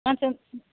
मा